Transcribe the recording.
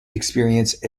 experience